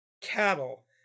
cattle